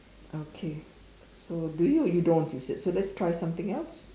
okay so do you you don't you said so let's try something else